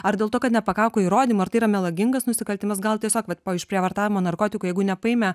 ar dėl to kad nepakako įrodymų ar tai yra melagingas nusikaltimas gal tiesiog vat po išprievartavimo narkotiku jeigu nepaėmė